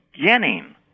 beginning